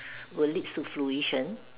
will leads to fruition